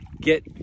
get